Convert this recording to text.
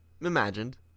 imagined